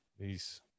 peace